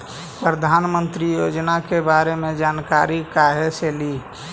प्रधानमंत्री योजना के बारे मे जानकारी काहे से ली?